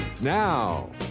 Now